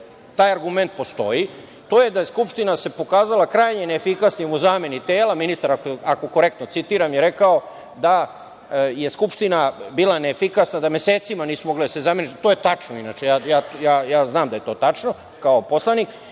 taj argument postoji, to je da se Skupština pokazala krajnje neefikasnim u zameni tela. Ministar, ako korektno citiram je rekao da je Skupština bila neefikasna, da mesecima nisu mogli da se zamene. To je tačno inače, ja znam da je to tačno kao poslanik,